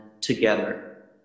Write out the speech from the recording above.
together